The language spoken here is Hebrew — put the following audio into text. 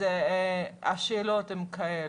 אז השאלות הן כאלה,